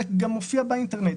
כשחלק גם מופיע באינטרנט,